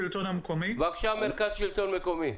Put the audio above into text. בבקשה, מרכז השלטון המקומי.